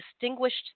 distinguished